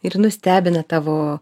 ir nustebina tavo